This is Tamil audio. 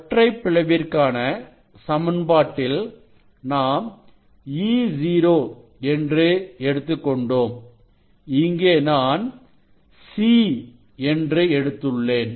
ஒற்றை பிளவுவிற்கான சமன்பாட்டில் நாம் E0 என்று எடுத்துக் கொண்டோம் இங்கே நான் C என்று எடுத்துள்ளேன்